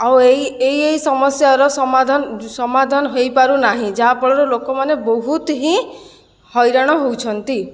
ଆଉ ଏଇ ଏଇ ଏଇ ସମସ୍ୟାର ସମାଧାନ ସମାଧାନ ହୋଇପାରୁନାହିଁ ଯାହା ଫଳରେ ଲୋକମାନେ ବହୁତ ହିଁ ହଇରାଣ ହେଉଛନ୍ତି